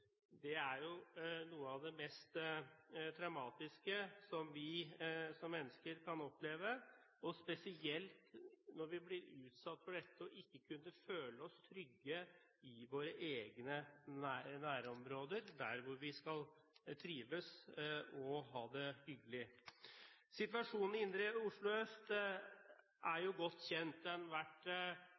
er noe av det mest traumatiske vi som mennesker kan oppleve, og spesielt når vi blir utsatt for det ikke å kunne føle oss trygge i våre egne nærområder, der hvor vi skal trives og ha det hyggelig. Situasjonen i Oslo indre øst er godt kjent.